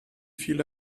viele